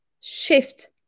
shift